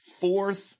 fourth